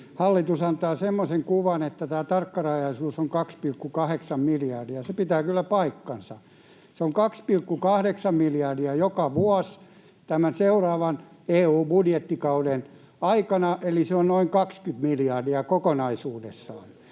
hallitus antaa semmoisen kuvan, että tämä tarkkarajaisuus on 2,8 miljardia, niin se pitää kyllä paikkansa: se on 2,8 miljardia joka vuosi tämän seuraavan EU-budjettikauden aikana, eli se on noin 20 miljardia kokonaisuudessaan,